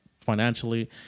financially